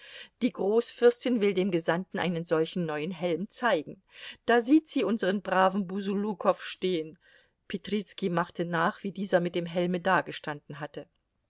die großfürstin will dem gesandten einen solchen neuen helm zeigen da sieht sie unseren braven busulukow stehen petrizki machte nach wie dieser mit dem helme dagestanden hatte